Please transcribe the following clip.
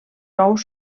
ous